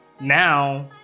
now